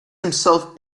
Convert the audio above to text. himself